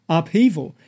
upheaval